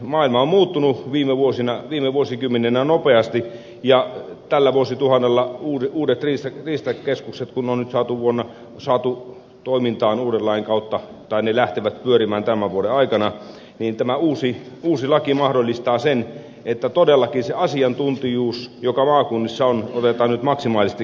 maailma on muuttunut viime vuosikymmeninä nopeasti ja kun tällä vuosituhannella uudet riistakeskukset on nyt saatu toimintaan uuden lain kautta tai ne lähtevät pyörimään tämän vuoden aikana niin tämä uusi laki mahdollistaa sen että todellakin se asiantuntijuus joka maakunnissa on otetaan nyt maksimaalisesti käyttöön